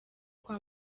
kwa